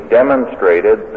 demonstrated